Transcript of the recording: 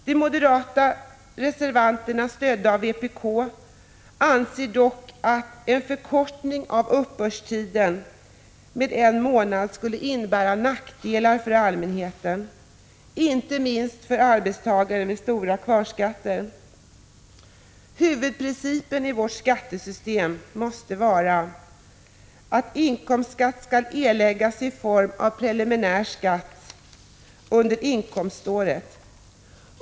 De moderata reservanterna stödda av vpk anser dock att en förkortning av uppbördstiden med en månad skulle innebära nackdelar för allmänheten, inte minst för arbetstagare med stora kvarskatter. Huvudprincipen i vårt skattesystem måste vara att inkomstskatt skall erläggas i form av preliminär skatt under inkomståret.